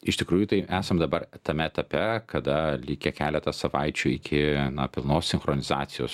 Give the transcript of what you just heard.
iš tikrųjų tai esam dabar tame etape kada likę keletas savaičių iki pilnos sinchronizacijos